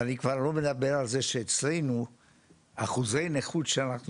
ואני כבר לא מדבר על זה שאחוזי הנכות שאנחנו